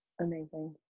Amazing